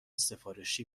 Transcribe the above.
سفارشی